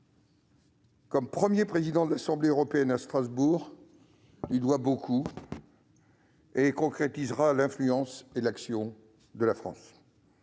poste de président du Parlement européen, à Strasbourg, lui doit beaucoup et concrétisera l'influence et l'action de la France.